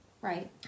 Right